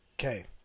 Okay